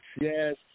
yes